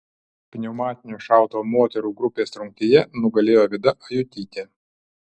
pneumatinio šautuvo moterų grupės rungtyje nugalėjo vida ajutytė